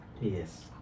Yes